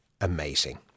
amazing